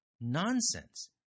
nonsense